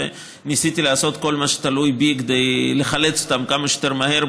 וניסיתי לעשות כל מה שתלוי בי כדי לחלץ אותם כמה שיותר מהר,